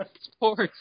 Sports